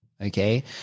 okay